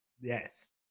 yes